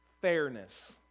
fairness